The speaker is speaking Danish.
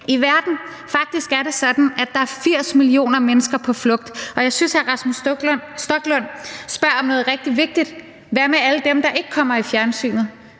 i verden. Faktisk er det sådan, at der er 80 millioner mennesker på flugt. Og jeg synes, hr. Rasmus Stoklund spørger om noget rigtig vigtigt: Hvad med alle dem, der ikke kommer i fjernsynet?